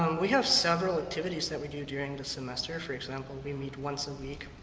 um we have several activities that we do during the semester, for example we meet once a week